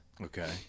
Okay